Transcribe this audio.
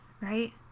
right